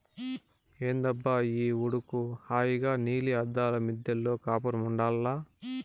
ఏందబ్బా ఈ ఉడుకు హాయిగా నీలి అద్దాల మిద్దెలో కాపురముండాల్ల